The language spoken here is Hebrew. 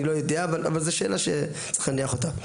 אני לא יודע, אבל זו שאלה שצריך להניח אותה.